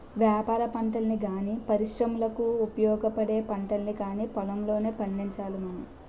ఆహారపంటల్ని గానీ, పరిశ్రమలకు ఉపయోగపడే పంటల్ని కానీ పొలంలోనే పండించాలి మనం